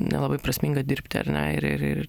nelabai prasminga dirbti ar ne ir ir ir